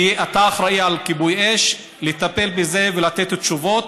כי אתה אחראי לכיבוי אש, לטפל בזה ולתת תשובות.